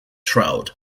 trout